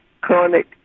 chronic